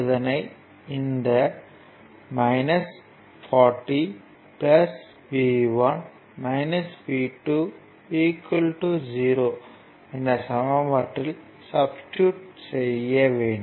இதனை இந்த 40 V 1 V 2 0 என்ற சமன்பாட்டில் சப்ஸ்டிட்யூட் செய்ய வேண்டும்